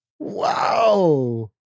Wow